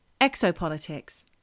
Exopolitics